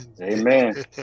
Amen